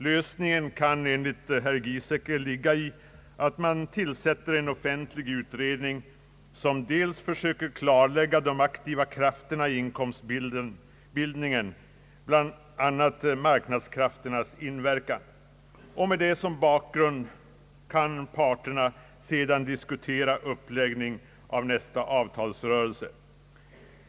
Lösningen kan enligt herr Giesecke ligga i att man tillsätter en offentlig utredning som dels försöker klarlägga de aktiva krafterna i inkomstbildningen, bland andra marknadskrafternas inverkan. Med det som bakgrund kan parterna sedan diskutera uppläggningen av nästa avtalsrörelse.